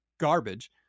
garbage